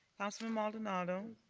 councilman maldonado.